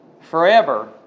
Forever